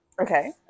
Okay